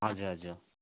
हजुर हजुर